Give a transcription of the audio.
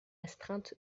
astreinte